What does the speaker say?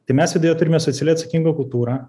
tai mes turime socialiai atsakingą kultūrą